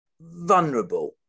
vulnerable